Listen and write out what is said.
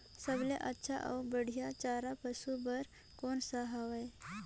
सबले अच्छा अउ बढ़िया चारा पशु बर कोन सा हवय?